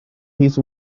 his